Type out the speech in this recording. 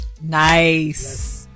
Nice